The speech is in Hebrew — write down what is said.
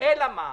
אלא מה,